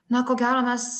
na ko gero mes